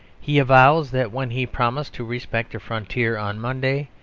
he avows that when he promised to respect a frontier on monday,